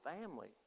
family